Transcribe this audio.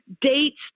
dates